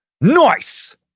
nice